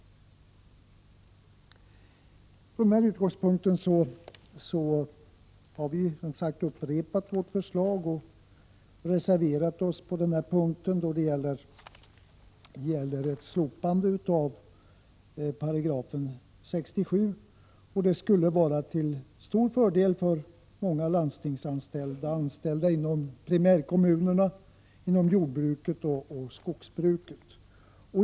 Från den här utgångspunkten har vi upprepat vårt förslag och reserverat oss för ett slopande av 67 §. Det skulle vara till stor fördel för många landstingsanställda och anställda inom primärkommuner, jordoch skogsbruk.